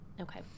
Okay